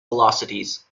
velocities